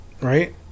right